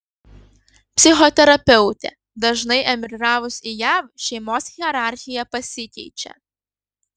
psichoterapeutė dažnai emigravus į jav šeimos hierarchija pasikeičia